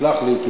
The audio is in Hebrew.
תסלח לי,